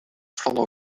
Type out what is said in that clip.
flandre